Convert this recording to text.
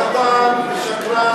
קטן ושקרן.